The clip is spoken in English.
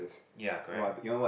ya correct